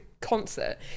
concert